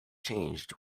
changed